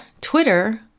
Twitter